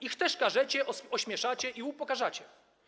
Ich też karzecie, ośmieszacie i upokarzacie.